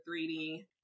3D